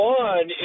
one